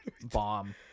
bomb